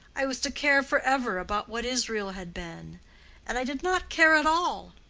i was to care forever about what israel had been and i did not care at all.